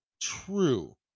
True